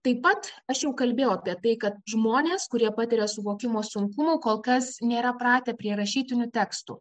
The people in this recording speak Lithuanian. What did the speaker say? taip pat aš jau kalbėjau apie tai kad žmonės kurie patiria suvokimo sunkumų kol kas nėra pratę prie rašytinių tekstų